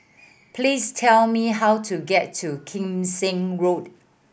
please tell me how to get to Kim Seng Road